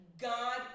God